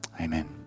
Amen